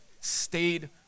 stayed